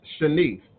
Shanice